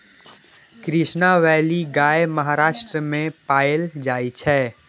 Krishna valley गाय महाराष्ट्र मे पाएल जाइ छै